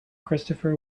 christopher